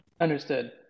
Understood